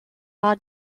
pas